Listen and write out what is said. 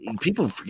People –